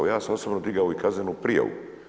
Ja sam osobno digao i kaznenu prijavu.